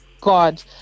God